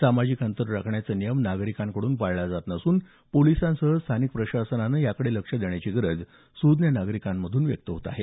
सामाजिक अंतर राखण्याचा नियम नागरिकांकडून पाळला जात नसून पोलिसांसह स्थानिक प्रशासनानं याकडे लक्ष देण्याची गरज सुज्ञ नागरिकांतून व्यक्त होत आहे